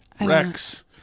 Rex